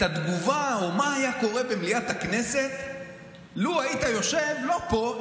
את התגובה: מה היה קורה במליאת הכנסת לו היית יושב לא פה,